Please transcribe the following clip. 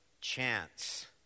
chance